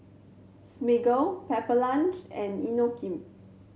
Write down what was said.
Smiggle Pepper Lunch and Inokim